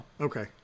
Okay